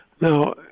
Now